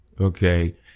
okay